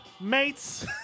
Mates